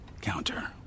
counter